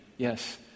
Yes